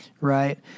right